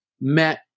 met